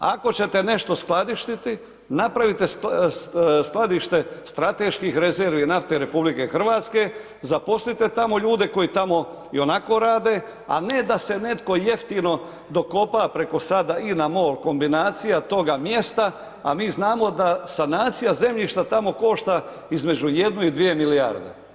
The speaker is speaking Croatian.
Ako ćete nešto skladištiti, napraviti skladište strateških rezervi nafte RH, zaposlite tamo ljude koji tamo ionako rade, a ne da se netko jeftino dokopa, preko sada INA MOL kombinacija, toga mjesta, a mi znamo da sanacija zemljišta tamo košta između jednu i dvije milijarde.